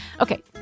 Okay